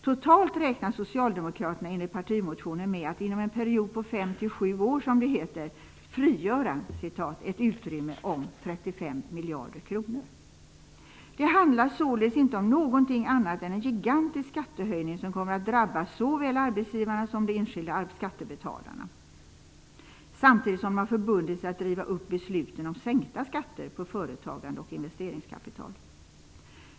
Totalt räknar socialdemokraterna, enligt partimotionen, med att inom en period på 5-7 år, som det heter, ''frigöra'' ett utrymme om 35 Det handlar således inte om någonting annat än en gigantisk skattehöjning, som kommer att drabba såväl arbetsgivarna som de enskilda skattebetalarna -- samtidigt som man har förbundit sig att riva upp besluten om sänkta skatter på företagande och investeringskapital.